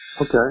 Okay